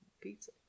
Pizza